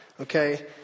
okay